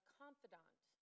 confidant